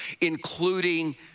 including